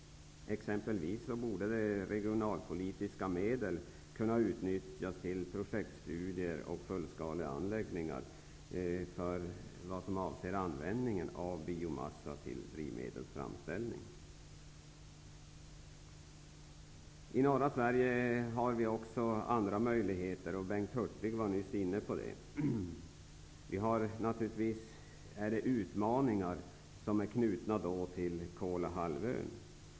Exempelvis borde regionalpolitiska medel kunna utnyttjas till projektstudier av fullskaleanläggningar vad avser användningen av biomassa till framställning av drivmedel. I norra Sverige finns också andra möjligheter. Bengt Hurtig var nyss inne på den frågan. Det finns utmaningar som är knutna till Kolahalvön.